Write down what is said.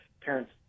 parents